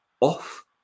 off